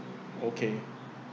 okay